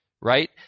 right